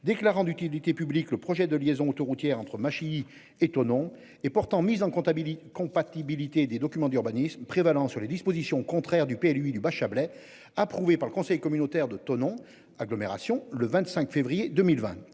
déclarant d'utilité publique le projet de liaison autoroutière entre Massy et Thonon et pourtant mise en comptabilité compatibilité des documents d'urbanisme prévalant sur les dispositions contraires du PLU du bas Chablais approuvé par le conseil communautaire de Thonon agglomération le 25 février 2020.